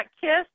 kiss